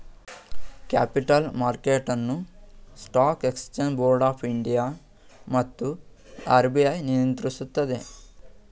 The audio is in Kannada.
ಕ್ಯಾಪಿಟಲ್ ಮಾರ್ಕೆಟ್ ಅನ್ನು stock exchange board of India ಮತ್ತು ಆರ್.ಬಿ.ಐ ನಿಯಂತ್ರಿಸುತ್ತದೆ